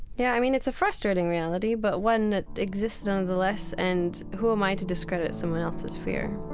yeah. i mean, it's a frustrating reality, but one that exists nonetheless and who am i to discredit someone else's fear?